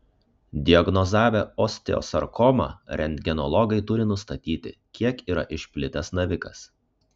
diagnozavę osteosarkomą rentgenologai turi nustatyti kiek yra išplitęs navikas